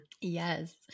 Yes